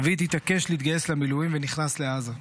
דוד התעקש להתגייס למילואים ונכנס לעזה.